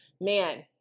man